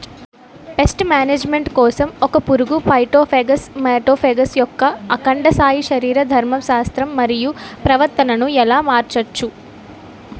Paste management కోసం ఒక పురుగు ఫైటోఫాగస్హె మటోఫాగస్ యెక్క అండాశయ శరీరధర్మ శాస్త్రం మరియు ప్రవర్తనను ఎలా మార్చచ్చు?